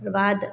ओइके बाद